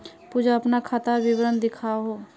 पूजा अपना खातार विवरण दखोह